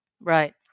Right